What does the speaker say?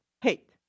hate